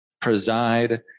preside